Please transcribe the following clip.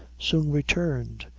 soon returned,